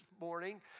morning